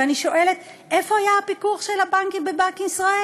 ואני שואלת: איפה היה הפיקוח על הבנקים בבנק ישראל